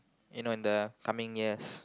you know in the coming years